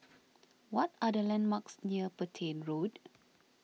what are the landmarks near Petain Road